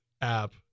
app